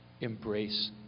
embrace